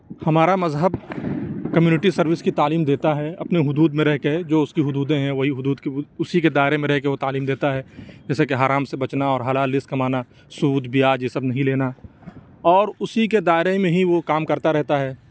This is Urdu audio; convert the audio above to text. ہمارا مذہب کمیونٹی سروس کی تعلیم دیتا ہے اپنے حدود میں رہ کے جو اُس کی حدودیں ہیں وہی حدود کی اُسی کے دائرے میں رہ کے وہ تعلیم دیتا ہے جیسے کہ حرام سے بچنا اور حلال رزق کمانا سود بیاج یہ سب نہیں لینا اور اُسی کے دائرے میں ہی وہ کام کرتا رہتا ہے